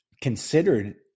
considered